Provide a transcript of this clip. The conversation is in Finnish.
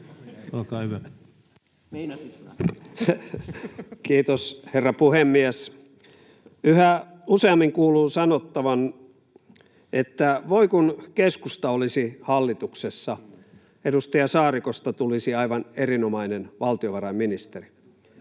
Content: Kiitos, herra puhemies! Yhä useammin kuuluu sanottavan, että voi kun keskusta olisi hallituksessa — edustaja Saarikosta tulisi aivan erinomainen valtiovarainministeri.